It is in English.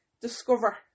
discover